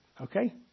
Okay